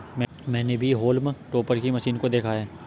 मैंने भी हॉल्म टॉपर की मशीन को देखा है